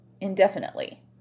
indefinitely